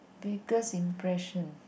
biggest impression